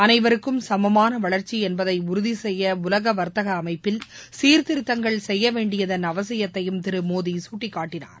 அனைவருக்கும் சமமான வளர்ச்சி என்பதை உறுதி செய்ய உலக வர்த்தக அமைப்பில் சீர்திருத்தங்கள் செய்ய வேண்டியதன் அவசியத்தையும் திரு மோடி சுட்டிக்காட்டினார்